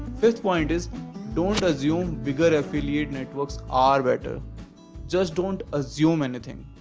fifth point is don't assume bigger affiliate networks are better just don't assume anything.